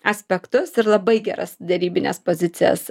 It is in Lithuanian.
aspektus ir labai geras derybines pozicijas